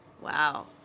Wow